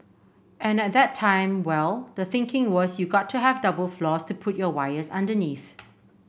and at that time well the thinking was you got to have double floors to put your wires underneath